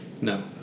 No